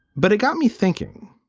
but it got me thinking.